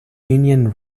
union